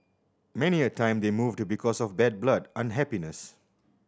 many a time they moved because of bad blood unhappiness